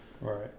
Right